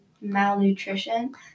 malnutrition